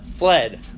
Fled